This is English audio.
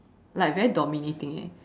like very dominating eh